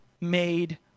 made